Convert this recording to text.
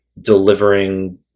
delivering